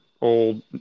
Old